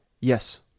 yes